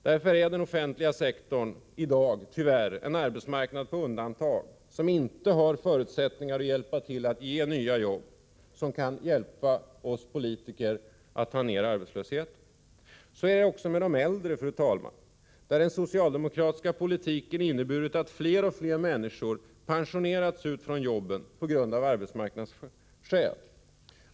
Därför är den offentliga sektorn i dag tyvärr en arbetsmarknad på undantag som inte har förutsättningar att hjälpa till att ge nya jobb som kan hjälpa oss politiker att ta ner arbetslösheten. Så är det också med de äldre, där den socialdemokratiska politiken har inneburit att fler och fler människor pensionerats ut från jobben på grund av arbetsmarknadsskäl.